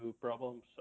problems